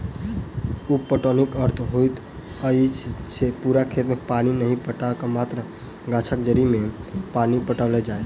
उप पटौनीक अर्थ होइत अछि जे पूरा खेत मे पानि नहि पटा क मात्र गाछक जड़ि मे पानि पटाओल जाय